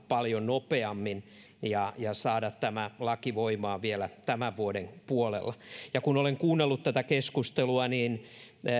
paljon nopeammin ja ja saada tämä laki voimaan vielä tämän vuoden puolella kun olen kuunnellut tätä keskustelua niin